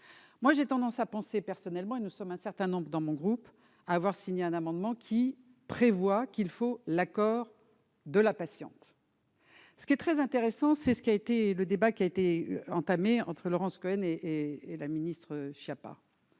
moi j'ai tendance à penser personnellement et nous sommes un certain nombre dans mon groupe à avoir signé un amendement qui prévoit qu'il faut l'accord de la patiente, ce qui est très intéressant, c'est ce qui a été le débat qui a été entamé entre Laurence Cohen et et la ministre Chiappa